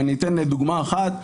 ואתן דוגמה אחת,